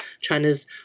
China's